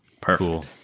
Perfect